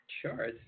Sure